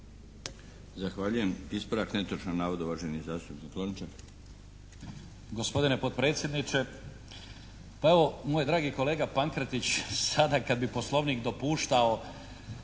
Zahvaljujem. Ispravak netočnog navoda uvaženi zastupnik Lončar.